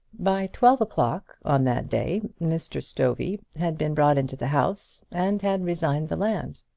by twelve o'clock on that day mr. stovey had been brought into the house, and had resigned the land.